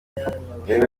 ururimi